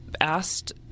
asked